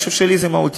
אני חושב שלי זה מהותי.